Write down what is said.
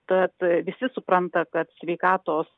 tad visi supranta kad sveikatos